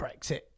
Brexit